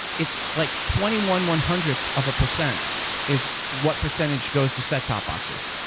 it's like twenty one one hundred ths of a percent is what percentage goes to set-top boxes.